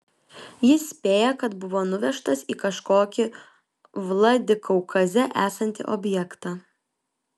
jis spėja kad buvo nuvežtas į kažkokį vladikaukaze esantį objektą